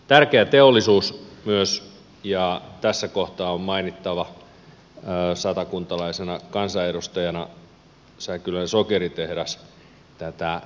tärkeää on myös teollisuus ja tässä kohtaa on mainittava satakuntalaisena kansanedustajana säkylän sokeritehdas tätä sokeriverokeskustelua käytäessä